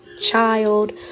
child